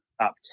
top